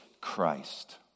Christ